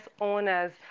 owners